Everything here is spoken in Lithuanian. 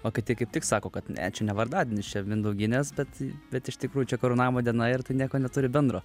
o kiti kaip tik sako kad ne čia ne vardadienis čia mindauginės bet bet iš tikrųjų čia karūnavimo diena ir tai nieko neturi bendro